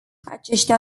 aceștia